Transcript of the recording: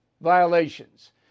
violations